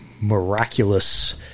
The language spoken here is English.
miraculous